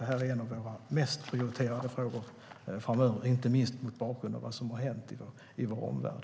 Det är en av våra mest prioriterade frågor framöver, inte minst mot bakgrund av vad som har hänt i vår omvärld.